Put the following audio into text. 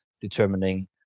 determining